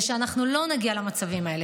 הטמנה,